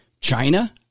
China